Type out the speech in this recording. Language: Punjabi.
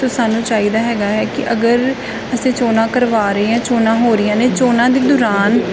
ਸੋ ਸਾਨੂੰ ਚਾਹੀਦਾ ਹੈਗਾ ਹੈ ਕਿ ਅਗਰ ਅਸੀਂ ਚੋਣਾਂ ਕਰਵਾ ਰਹੇ ਹਾਂ ਚੋਣਾਂ ਹੋ ਰਹੀਆਂ ਨੇ ਚੋਣਾਂ ਦੇ ਦੌਰਾਨ